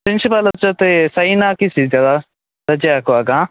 ಪ್ರಿನ್ಸಿಪಾಲರ ಜೊತೆ ಸೈನ್ ಹಾಕಿಸಿದ್ದರಾ ರಜೆ ಹಾಕುವಾಗ